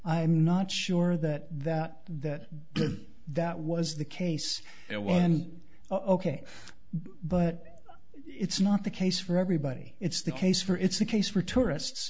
i'm not sure that that that that was the case it was ok but it's not the case for everybody it's the case for it's a case for tourists